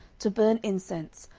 to burn incense,